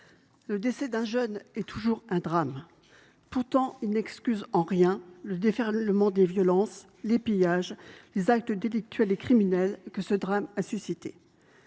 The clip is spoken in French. le décès d’un jeune est toujours un drame. Pourtant, il n’excuse en rien le déferlement de violences, les pillages et les actes délictuels et criminels que ce drame a provoqués.